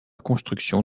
construction